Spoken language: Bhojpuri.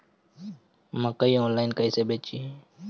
मकई आनलाइन कइसे बेची?